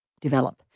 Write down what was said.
develop